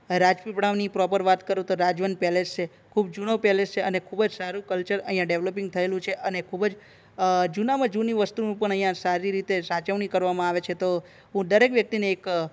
Rajpipla proper વાત કરું તો રાજવન પેલેસ છે ખૂબ જૂનો પેલેસ છે અને ખૂબ જ સારું કલ્ચર અહિયાં ડેવલોપ થયેલું છે અને ખૂબ જ જૂનામાં જૂની વસ્તુનું પણ અહીં સારી રીતે સાચવણી કરવામાં આવે છે તો હું દરેક વ્યક્તિને એક